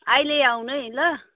अहिले आउनु है ल